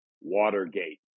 watergate